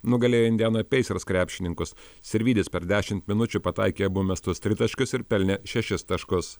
nugalėjo indiana peisers krepšininkus sirvydis per dešimt minučių pataikė abu mestus tritaškius ir pelnė šešis taškus